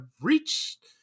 reached